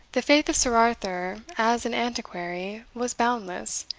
the faith of sir arthur, as an antiquary, was boundless,